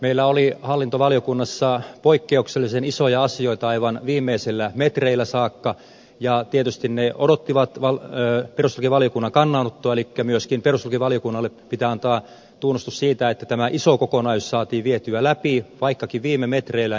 meillä oli hallintovaliokunnassa poikkeuksellisen isoja asioita aivan viimeisille metreille saakka ja tietysti ne odottivat perustuslakivaliokunnan kannanottoa elikkä myöskin perustuslakivaliokunnalle pitää antaa tunnustus siitä että tämä iso kokonaisuus saatiin vietyä läpi vaikkakin viime metreillä